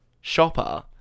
shopper